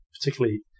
Particularly